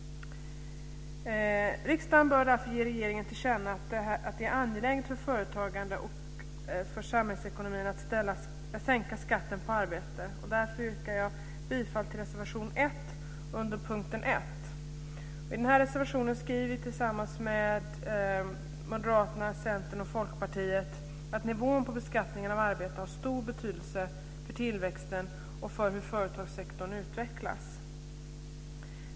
Riksdagen bör därför ge regeringen till känna att det är angeläget för företagande och för samhällsekonomin att man sänker skatten på arbete. Därför yrkar jag bifall till reservation 1, under punkt 1. I den här reservationen skriver vi tillsammans med Moderaterna, Centern och Folkpartiet att nivån på beskattningen av arbete har stor betydelse för tillväxten och för hur företagssektorn utvecklas.